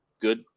good